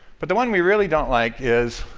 but the one we really don't like is